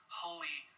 holy